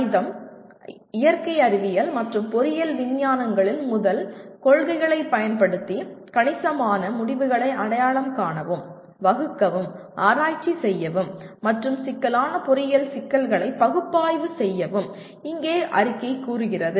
கணிதம் இயற்கை அறிவியல் மற்றும் பொறியியல் விஞ்ஞானங்களின் முதல் கொள்கைகளைப் பயன்படுத்தி கணிசமான முடிவுகளை அடையாளம் காணவும் வகுக்கவும் ஆராய்ச்சி செய்யவும் மற்றும் சிக்கலான பொறியியல் சிக்கல்களை பகுப்பாய்வு செய்யவும் இங்கே அறிக்கை கூறுகிறது